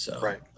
Right